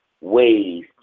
ways